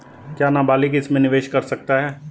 क्या नाबालिग इसमें निवेश कर सकता है?